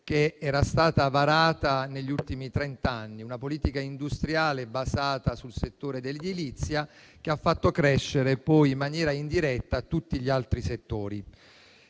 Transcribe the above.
che era stata varata negli ultimi trent'anni; basata sul settore dell'edilizia, che ha fatto crescere, poi, in maniera indiretta, tutti gli altri settori,